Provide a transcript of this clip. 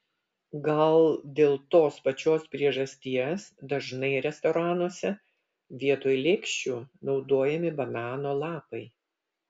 gal dėl tos pačios priežasties dažnai restoranuose vietoj lėkščių naudojami banano lapai